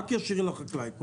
רק ישיר לחקלאי.